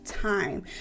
time